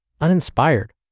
uninspired